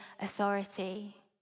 authority